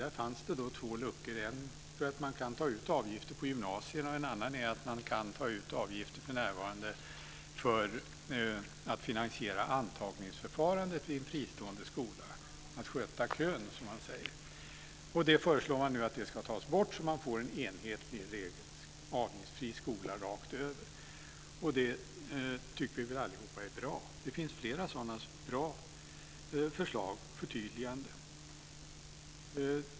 Där fanns det två luckor: en för att man kan ta ut avgifter på gymnasierna och en annan för att man kan ta ut avgifter för att finansiera antagningsförfarandet vid en fristående skola - att sköta kön, som man säger. Man föreslår nu att det ska tas bort så att man får en enhetlig avgiftsfri skola rakt över. Det tycker vi alla är bra. Det finns flera sådana bra förslag och förtydliganden.